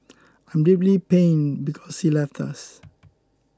I'm deeply pained because he left us